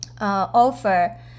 offer